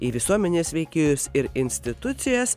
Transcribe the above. į visuomenės veikėjus ir institucijas